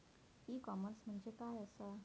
E commerce म्हणजे काय असा?